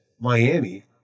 Miami